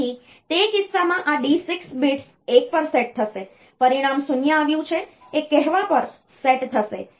તેથી તે કિસ્સામાં આ D6 bits 1 પર સેટ થશે પરિણામ 0 આવ્યું છે એ કહેવા પર સેટ થશે